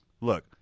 look